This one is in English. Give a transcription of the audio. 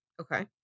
okay